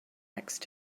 next